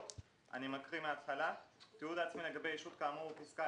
ואני מקריא מהתחלה: "תיעוד עצמי לגבי ישות כאמור בפסקה